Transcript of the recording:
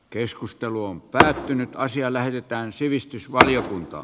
keskustelu on päätynyt asia saaneet todistuksen